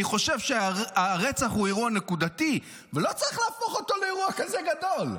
אני חושב שהרצח הוא אירוע נקודתי ולא צריך להפוך אותו לאירוע כזה גדול.